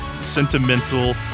sentimental